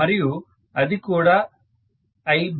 మరియు అది కూడా Ibase